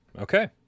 Okay